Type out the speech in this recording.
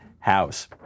house